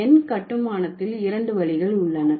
எண் கட்டுமானத்தில் 2வழிகள் உள்ளன